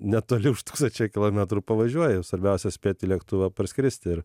netoli už tūkstančio kilometrų pavažiuoji svarbiausia spėt į lėktuvą parskrist ir